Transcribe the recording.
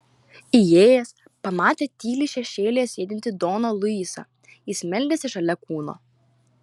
įėjęs pamatė tyliai šešėlyje sėdintį doną luisą jis meldėsi šalia kūno